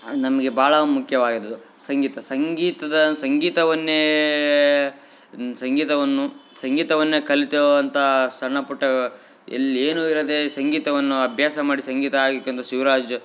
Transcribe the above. ನಮಗೆ ಭಾಳ ಮುಖ್ಯವಾಗಿರೋದು ಸಂಗೀತ ಸಂಗೀತದ ಸಂಗೀತವನ್ನೇ ಸಂಗೀತವನ್ನು ಸಂಗೀತವನ್ನೇ ಕಲ್ತು ವಂತ ಸಣ್ಣ ಪುಟ್ಟ ಎಲ್ ಏನು ಇರದೇ ಸಂಗೀತವನ್ನು ಅಭ್ಯಾಸ ಮಾಡಿ ಸಂಗೀತ ಶಿವ್ರಾಜ್